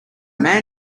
man